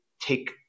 take